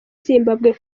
zimbabwe